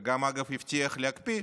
וגם, אגב, הבטיח להקפיא.